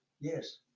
Yes